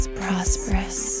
prosperous